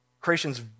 Creation's